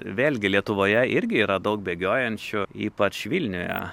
vėlgi lietuvoje irgi yra daug bėgiojančių ypač vilniuje